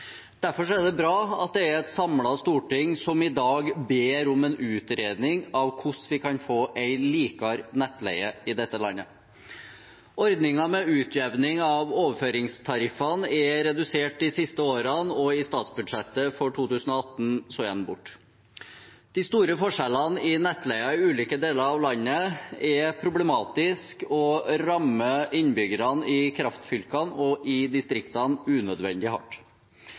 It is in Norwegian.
Derfor er det bra at det er et samlet storting som i dag ber om en utredning av hvorledes vi kan få en likere nettleie i dette landet. Ordningen med utjevning av overføringstariffene er redusert de siste årene, og i statsbudsjettet for 2018 er den borte. De store forskjellene i nettleien i ulike deler av landet er problematisk og rammer innbyggerne i kraftfylkene og distriktene unødvendig hardt.